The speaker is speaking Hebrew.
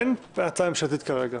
אין הצעה ממשלתית כרגע.